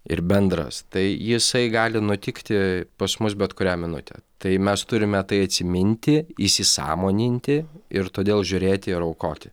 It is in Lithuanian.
ir bendras tai jisai gali nutikti pas mus bet kurią minutę tai mes turime tai atsiminti įsisąmoninti ir todėl žiūrėti ir aukoti